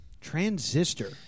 Transistor